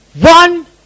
one